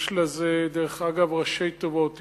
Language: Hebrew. יש לזה, דרך אגב, ראשי תיבות.